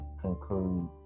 conclude